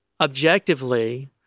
objectively